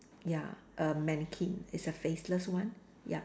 ya a mannequin it's a faceless one ya